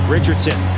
Richardson